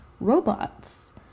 robots